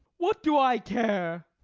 what do i care?